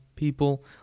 people